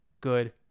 good